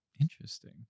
Interesting